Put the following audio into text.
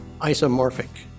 isomorphic